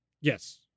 Yes